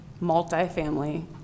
multi-family